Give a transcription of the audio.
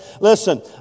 Listen